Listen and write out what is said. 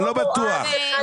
אני לא רואה אף אחד.